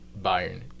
Bayern